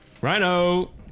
Rhino